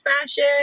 fashion